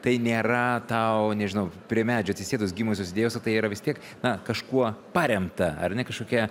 tai nėra tau nežinau prie medžio atsisėdus gimusios idėjos o tai yra vis tiek na kažkuo paremta ar ne kažkokia